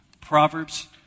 Proverbs